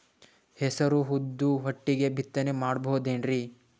ಹೆಸರು ಉದ್ದು ಒಟ್ಟಿಗೆ ಬಿತ್ತನೆ ಮಾಡಬೋದೇನ್ರಿ?